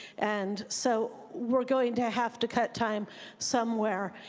and so we're going to have to cut time somewhere.